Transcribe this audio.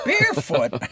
barefoot